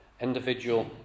individual